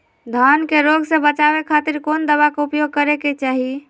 धान के रोग से बचावे खातिर कौन दवा के उपयोग करें कि चाहे?